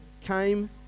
came